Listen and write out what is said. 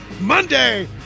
Monday